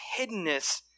hiddenness